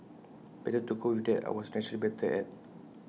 better to go with what I was naturally better at